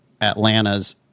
Atlanta's